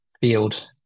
field